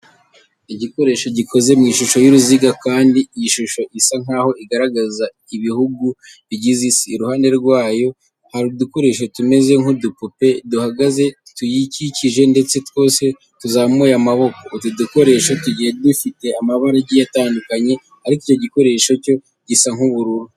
Igikoresho gikoze mu ishusho y'uruziga kandi iyi shusho isa nkaho igaragaza ibihugu bigize isi. Iruhande rwayo hari udukoresho tumeze nk'udupupe duhagaze tuyikikije ndetse twose tuzamuye amaboko. Utu dukoresho tugiye dufite amabara agiye atandukanye ariko icyo gikoresho cyo gisa nk'ubururu.